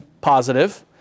positive